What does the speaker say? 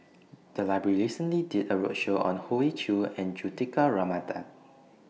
The Library recently did A roadshow on Hoey Choo and Juthika Ramanathan